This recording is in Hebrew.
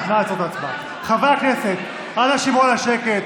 חברי הכנסת, אנא שמרו על השקט.